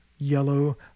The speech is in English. yellow